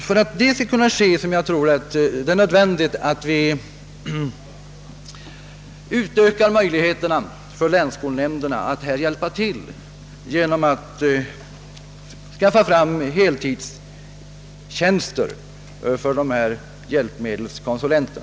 För att detta skall bli fallet tror jag det är nödvändigt att vi ökar länsskolnämndernas möjligheter att hjälpa till genom att inrätta heltidstjänster för hjälpmedelskonsulenterna.